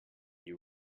you